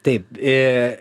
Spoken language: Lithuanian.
taip i